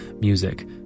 music